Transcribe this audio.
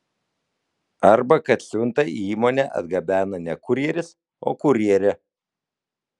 arba kad siuntą į įmonę atgabena ne kurjeris o kurjerė